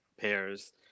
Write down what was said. pairs